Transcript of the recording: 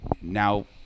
now